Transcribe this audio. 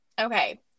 Okay